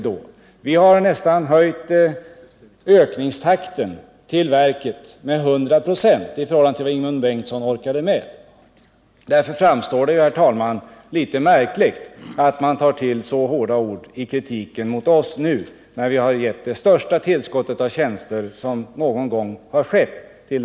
Vi har ökat anslagen med nästan 100 96 i förhållande till vad Ingemund Bengtsson orkade med. Därför, herr talman, framstår det litet märkligt att man tar till så hårda ord i kritiken mot oss nu när vi har givit det största tillskott av tjänster som någonsin tilldelats detta verk.